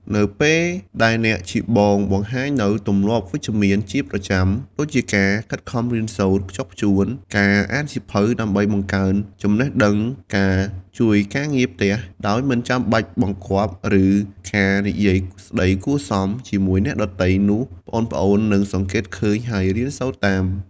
នៅពេលដែលអ្នកជាបងបង្ហាញនូវទម្លាប់វិជ្ជមានជាប្រចាំ ដូចជាការ ខិតខំរៀនសូត្រខ្ជាប់ខ្ជួន ការ អានសៀវភៅ ដើម្បីបង្កើនចំណេះដឹង ការ ជួយការងារផ្ទះ ដោយមិនបាច់បង្គាប់ ឬការ និយាយស្ដីគួរសម ជាមួយអ្នកដទៃ នោះប្អូនៗនឹងសង្កេតឃើញ ហើយរៀនសូត្រតាម ។